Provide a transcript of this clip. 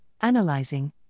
analyzing